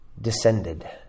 descended